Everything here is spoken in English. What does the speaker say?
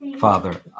Father